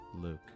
Luke